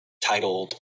titled